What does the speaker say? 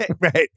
Right